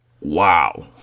Wow